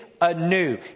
anew